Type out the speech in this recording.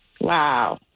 Wow